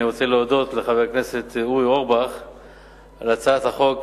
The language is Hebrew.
אני רוצה להודות לחבר הכנסת אורי אורבך על הצעת החוק